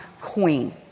queen